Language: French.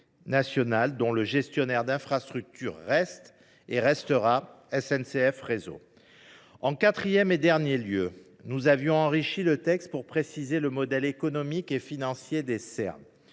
national, dont le gestionnaire d’infrastructures reste et restera SNCF Réseau. Enfin, nous avons enrichi le texte, pour préciser le modèle économique et financier des Serm.